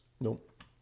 Nope